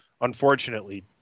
unfortunately